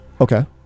Okay